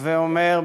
הווי אומר,